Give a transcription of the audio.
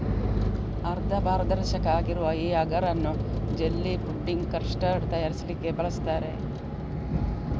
ಅರ್ಧ ಪಾರದರ್ಶಕ ಆಗಿರುವ ಈ ಅಗರ್ ಅನ್ನು ಜೆಲ್ಲಿ, ಫುಡ್ಡಿಂಗ್, ಕಸ್ಟರ್ಡ್ ತಯಾರಿಸ್ಲಿಕ್ಕೆ ಬಳಸ್ತಾರೆ